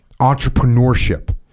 entrepreneurship